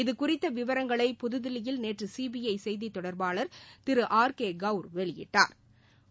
இது குறித்த விவரங்களை புதுதில்லியில் நேற்று சிபிஐ செய்தி தொடர்பாளர் திரு ஆர் கே கெளர் வெளியிட்டா்